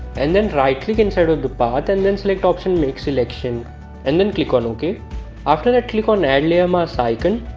and then right click inside of the path but and then select option make selection and then click on ok after that click on add layer mask icon